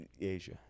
Asia